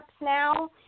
now